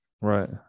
Right